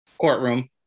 courtroom